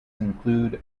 include